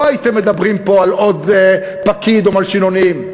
לא הייתם מדברים פה על עוד פקיד או מלשינונים.